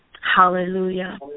Hallelujah